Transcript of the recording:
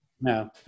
No